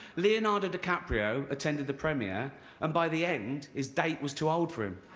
leonardo dicaprio attended the premiere and by the end, his date was too old for him